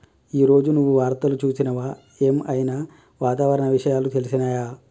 ఈ రోజు నువ్వు వార్తలు చూసినవా? ఏం ఐనా వాతావరణ విషయాలు తెలిసినయా?